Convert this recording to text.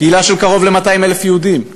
קהילה של קרוב ל-200,000 יהודים.